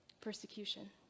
persecution